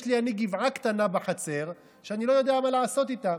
יש לי גבעה קטנה בחצר שאני לא יודע מה לעשות איתה.